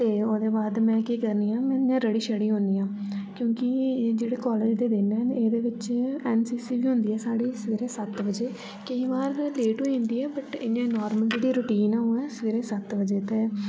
ते ओह्दे बाद में केह् करनी आं में रडी शड़ी होन्नी आं क्यूंकि जेह्ड़े कालेज दे दिन ऐ न एह्दे बिच एन सी सी बी होंदी ऐ साढ़ी सवेरे सत बजे केई बार लेट बी होई जंदी ऐ बट इ'यां नार्मल दिने दी रूटीन ओह् ऐ सवेरे सत बजे ते